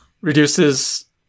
reduces